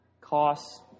costs